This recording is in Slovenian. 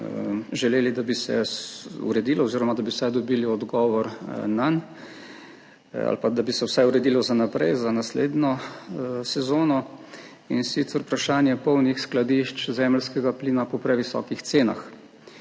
želeli, da bi se uredilo oziroma da bi vsaj dobili odgovor nanj ali pa da bi se vsaj uredilo za naprej, za naslednjo sezono, in sicer vprašanje polnih skladišč zemeljskega plina po previsokih cenah.